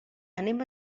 anem